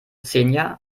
xenia